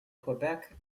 quebec